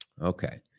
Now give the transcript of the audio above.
Okay